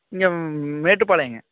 இங்கே மேட்டுப்பாளையங்க